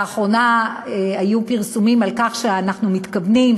לאחרונה היו פרסומים על כך שאנחנו מתכוונים,